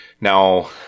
Now